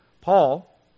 Paul